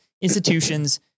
institutions